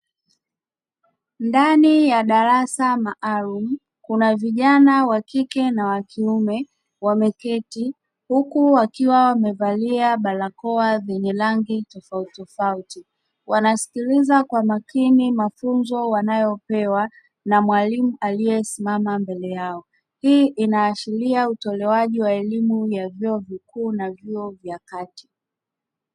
Ndani ya darasa maalumu kuna vijana wa kike na wa kiume wameketi, huku wakiwa wamevalia barakoa zenye rangi tofautitofauti wanasikiliza kwa makini mafunzo wanayopewa na mwalimu aliyesimama mbele yao, hii inaashiria utolewaji wa elimu ya vyuo vikuu na vyuo vya kati.